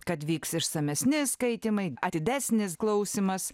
kad vyks išsamesni skaitymai atidesnis klausymas